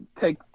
take –